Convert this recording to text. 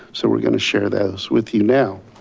so we're going to share those with you now.